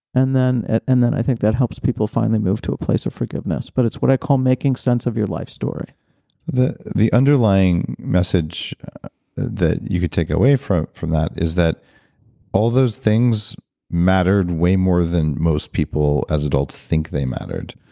and then and i think that helps people finally move to a place of forgiveness, but it's what i call making sense of your life story the the underlying message that you can take away from from that is that all those things mattered way more than most people as adults think they mattered.